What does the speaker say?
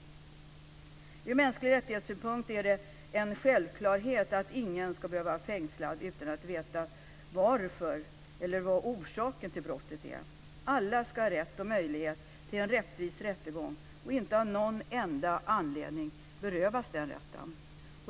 Med tanke på de mänskliga rättigheterna är det en självklarhet att ingen ska behöva vara fängslad utan att veta varför eller vad orsaken till straffet är. Alla ska ha rätt och möjlighet till en rättvis rättegång och inte av någon enda anledning berövas den rätten.